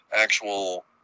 actual